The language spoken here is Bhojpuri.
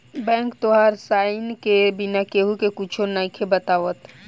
बैंक तोहार साइन के बिना केहु के कुच्छो नइखे बतावत